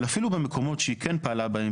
אבל אפילו במקומות שהיא כן פעלה בהם,